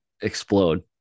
explode